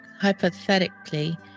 hypothetically